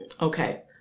Okay